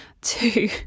Two